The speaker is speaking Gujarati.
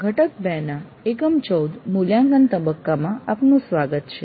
ઘટક ૨ ના એકમ ૧૪ મૂલ્યાંકન તબક્કા માં આપનું સ્વાગત છે